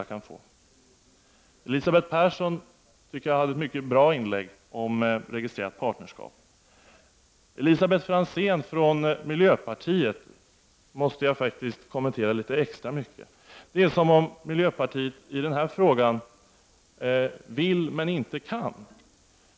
Jag tycker att Elisabeth Persson gjorde ett mycket bra inlägg om registrerat partnerskap. Anförandet från Elisabet Franzén, miljöpartiet, måste jag faktiskt kommentera extra mycket. Det är som om miljöpartiet i denna fråga vill men inte kan.